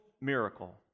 miracle